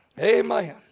Amen